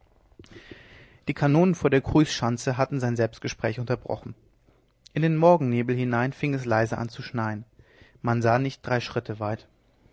die kanonen von der cruysschanze hatten sein selbstgespräch unterbrochen in den morgennebel hinein fing es leise an zu schneien man sah nicht drei schritte weit